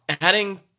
adding